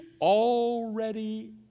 already